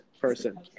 person